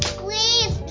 please